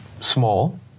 small